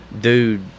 dude